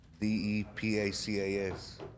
D-E-P-A-C-A-S